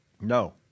No